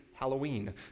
Halloween